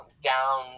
down